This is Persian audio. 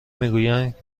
میگویند